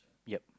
yep